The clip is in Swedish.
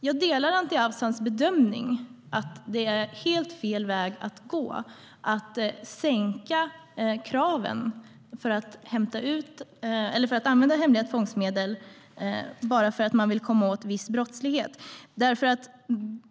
Jag delar Anti Avsans bedömning att det är helt fel väg att gå att sänka kraven för att använda hemliga tvångsmedel bara för att man vill komma åt viss brottslighet.